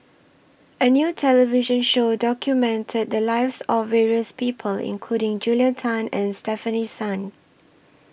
A New television Show documented The Lives of various People including Julia Tan and Stefanie Sun